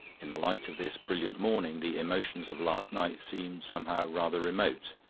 in the light of this brilliant morning the emotions of last night seemed somehow rather remote.